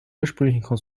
ursprünglichen